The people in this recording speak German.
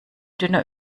dünner